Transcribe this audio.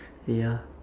ya